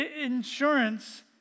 Insurance